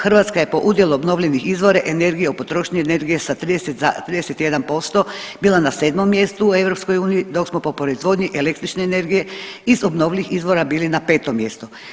Hrvatska je po udjelu obnovljivih izvora energije u potrošnji energije sa 31% bila na 7. mjestu u EU, dok smo po proizvodnji električne energije iz obnovljivih izvora bili na 5. mjestu.